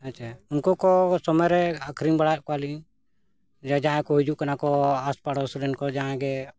ᱟᱪᱪᱷᱟ ᱩᱱᱠᱩ ᱠᱚ ᱥᱚᱢᱚᱭ ᱨᱮ ᱟᱹᱠᱷᱨᱤᱧ ᱵᱟᱲᱟᱭᱮᱫ ᱠᱚᱣᱟᱞᱤᱧ ᱡᱮ ᱡᱟᱦᱟᱸᱭ ᱠᱚ ᱦᱤᱡᱩᱜ ᱠᱟᱱᱟ ᱠᱚ ᱟᱥ ᱯᱟᱥ ᱨᱮᱱ ᱠᱚ ᱡᱟᱦᱟᱸᱭ ᱜᱮ